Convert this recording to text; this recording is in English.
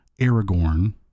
Aragorn